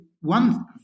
one